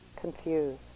confused